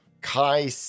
Kai